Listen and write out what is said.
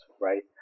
right